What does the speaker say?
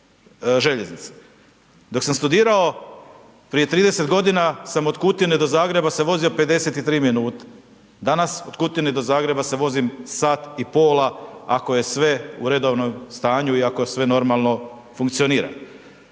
Dok sam studirao prije 30 godina, sam od Kutine do Zagreba se vozio 53 minute. Danas od Kutine do Zagreba se vozim sat i pola, ako je sve u redovnom stanju i ako sve normalno funkcionira.